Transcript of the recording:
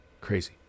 Crazy